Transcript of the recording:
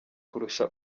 kurusha